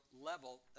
level